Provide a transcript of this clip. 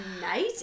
night